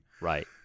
Right